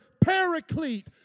paraclete